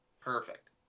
perfect